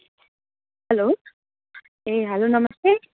hello ए hello नमस्ते